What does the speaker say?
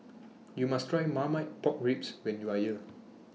YOU must Try Marmite Pork Ribs when YOU Are here